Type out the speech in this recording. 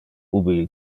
ubi